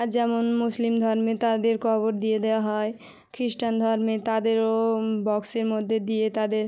আর যেমন মুসলিম ধর্মে তাদের কবর দিয়ে দেওয়া হয় খ্রিস্টান ধর্মে তাদেরও বক্সের মধ্যে দিয়ে তাদের